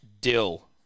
dill